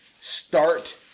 start